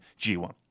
G1